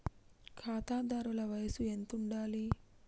ఖాతాదారుల వయసు ఎంతుండాలి?